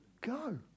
go